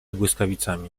błyskawicami